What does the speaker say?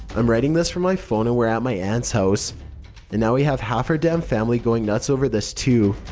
i'm writing this from my phone and were at my aunt's house, and now we have half our damn family going nuts over this too.